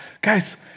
guys